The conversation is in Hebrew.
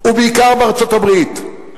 ובעיקר בארצות-הברית.